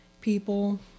people